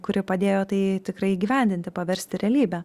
kuri padėjo tai tikrai įgyvendinti paversti realybe